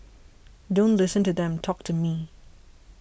don't listen to them talk to me